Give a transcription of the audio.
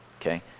Okay